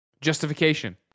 Justification